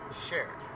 Share